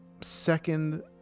second